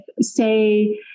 say